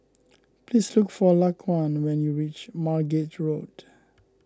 please look for Laquan when you reach Margate Road